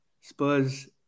Spurs